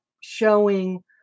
showing